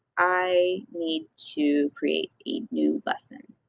i need to create a new lesson